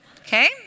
okay